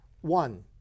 One